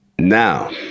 Now